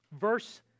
verse